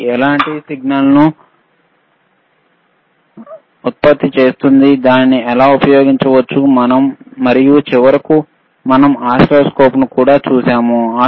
ఇది ఎలాంటి సంకేతాలను ఉత్పత్తి చేస్తుంది దానిని ఎలా ఉపయోగించవచ్చు మరియు చివరకుమనం ఓసిల్లోస్కోప్లను కూడా చూశాము